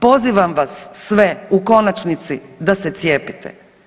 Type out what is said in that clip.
Pozivam vas sve u konačnici da se cijepite.